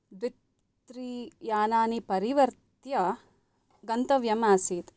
द्वित्रियानानि परिवर्त्य गन्तव्यम् आसीत्